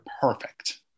perfect